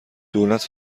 دولت